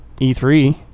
E3